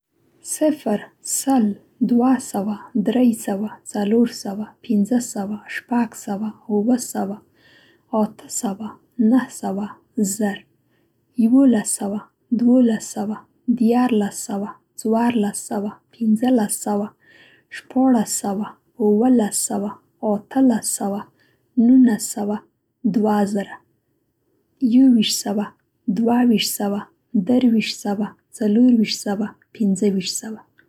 صفر سل دوه سوه درې سوه څلور سوه پنځه سوه شپږ سوه اووه سوه اته سوه نهه سوه زر زر او سل زر او دوه سوه زر او درې سوه زر او څلور سوه زر او پنځه سوه زر او شپږ سوه زر او اووه سوه زر او اته سوه زر او نهه سوه دوه زره دوه زره او سل دوه زره او دوه سوه دوه زره او درې سوه دوه زره او څلور سوه دوه زره او پنځه سوه